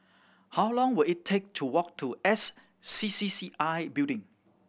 how long will it take to walk to S C C C I Building